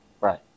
Right